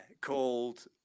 called